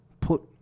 put